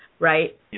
right